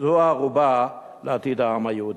וזו הערובה לעתיד העם היהודי.